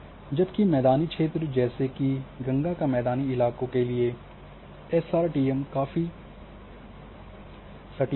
जबकि मैदानी क्षेत्र जैसे की गंगा का मैदानी इलाकों के लिए एसआटीएम काफी सटीक है